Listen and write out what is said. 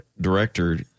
director